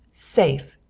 safe!